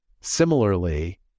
Similarly